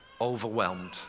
overwhelmed